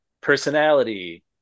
personality